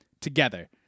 together